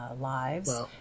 lives